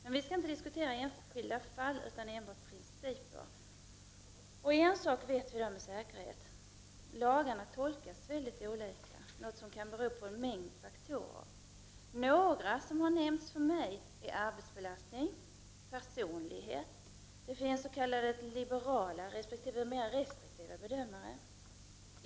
Men vi skall inte diskutera enskilda fall utan enbart principer. En sak vet vi med säkerhet, nämligen att lagarna tolkas väldigt olika, vilket kan bero på en mängd faktorer. Några som nämnts för mig är arbetsbelastning och personlighet — det finns s.k. liberala resp. mer restriktiva bedömare.